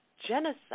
genocide